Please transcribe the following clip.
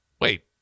wait